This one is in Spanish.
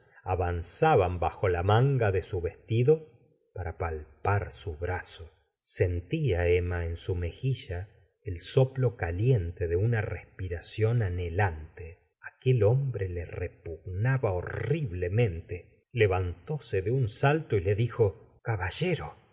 avanzaban bajo la manga de su vestido para palpar su brazo sentía emma en su mejilla el soplo caliente de una respiración anhelante aquel hombre le r epugnaba horriblemente le vantóse de un salto y le dijo caballero